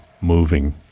moving